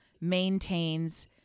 maintains